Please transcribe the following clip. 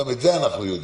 גם את זה אנחנו יודעים.